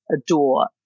adore